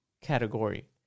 category